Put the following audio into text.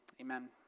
Amen